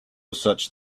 such